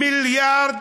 1.2 מיליארד